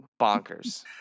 Bonkers